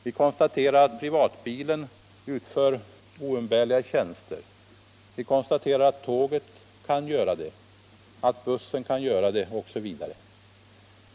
Vi konstaterar att privatbilen utför oumbärliga tjänster, vi konstaterar att tåget kan göra det, att bussen kan göra det osv.